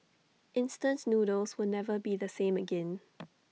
instance noodles will never be the same again